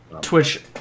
Twitch